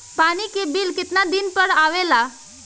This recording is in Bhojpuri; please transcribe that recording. पानी के बिल केतना दिन पर आबे ला?